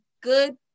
good